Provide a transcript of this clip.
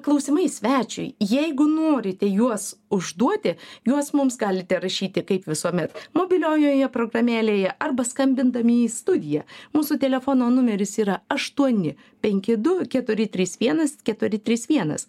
klausimai svečiui jeigu norite juos užduoti juos mums galite rašyti kaip visuomet mobiliojoje programėlėje arba skambindami į studiją mūsų telefono numeris yra aštuoni penki du keturi trys vienas keturi trys vienas